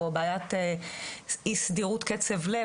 או בעיית אי סדירות קצב לב,